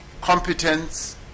competence